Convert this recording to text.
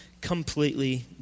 completely